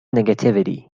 negativity